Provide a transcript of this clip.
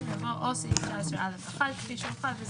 על דיונים שמכוח הסכמה נעשים שלא לפי התקנות.